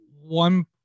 one